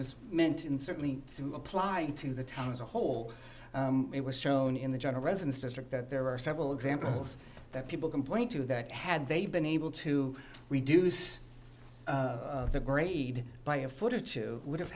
was meant and certainly to apply to the town as a whole it was shown in the general residence district that there are several examples that people can point to that had they been able to to reduce the grade by a foot or two would have